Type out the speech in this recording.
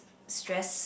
stress